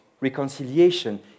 reconciliation